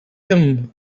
him